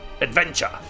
adventure